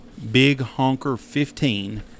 bighonker15